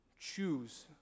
choose